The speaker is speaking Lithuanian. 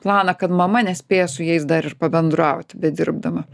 planą kad mama nespėja su jais dar ir pabendraut bedirbdama